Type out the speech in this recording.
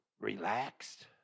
relaxed